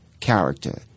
character